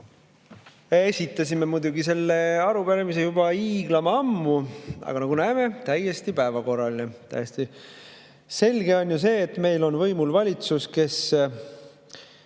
Esitasime muidugi selle arupärimise juba hiiglama ammu, aga nagu näeme, see on täiesti päevakohane. Täiesti selge on ju see, et meil on võimul valitsus, kes